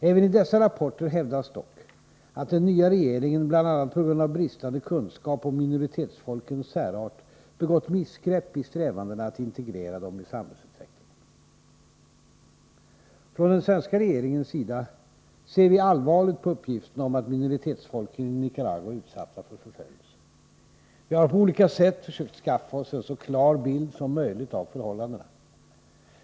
Även i dessa rapporter hävdas dock att den nya regeringen bl.a. på grund av bristande kunskap om minoritetsfolkens särart begått missgrepp i strävandena att integrera dem i samhällsutvecklingen. Från den svenska regeringens sida ser vi allvarligt på uppgifterna om att minoritetsfolken i Nicaragua är utsatta för förföljelse. Vi har på olika sätt försökt skaffa oss en så klar bild som möjligt av förhållandena.